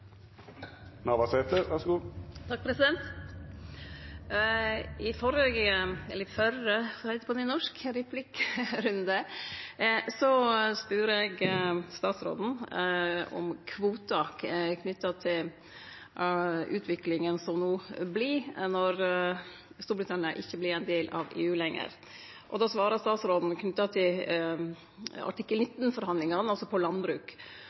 I førre replikkrunde spurde eg statsråden om kvotar, knytte til utviklinga no når Storbritannia ikkje vert ein del av EU lenger. Då svara statsråden knytt til artikkel 19-forhandlingane, altså om landbruk.